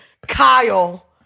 Kyle